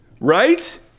Right